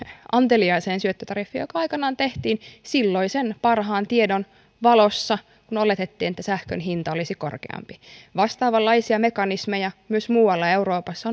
antelias syöttötariffi aikanaan tehtiin silloisen parhaan tiedon valossa kun oletettiin että sähkön hinta olisi korkeampi vastaavanlaisia mekanismeja on ollut käytössä myös muualla euroopassa